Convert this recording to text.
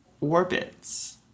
orbits